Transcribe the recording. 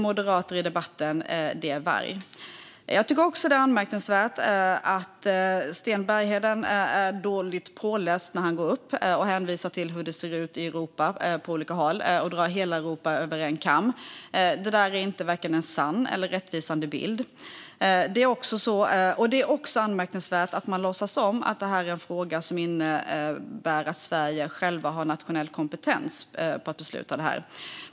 Jag tycker också att det är anmärkningsvärt att Sten Bergheden är dåligt påläst när han går upp i talarstolen och hänvisar till hur det ser ut på olika håll i Europa och drar hela Europa över en kam. Det är varken en sann eller en rättvisande bild. Det är också anmärkningsvärt att man låtsas som att detta är en fråga där vi i Sverige själva har nationell kompetens att besluta.